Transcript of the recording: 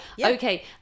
okay